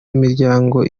imiryango